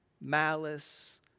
malice